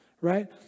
right